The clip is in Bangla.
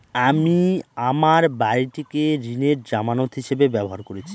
আমি আমার বাড়িটিকে ঋণের জামানত হিসাবে ব্যবহার করেছি